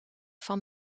van